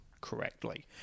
correctly